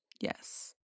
Yes